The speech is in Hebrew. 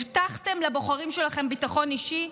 הבטחתם לבוחרים שלכם ביטחון אישי,